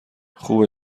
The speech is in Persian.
خوبه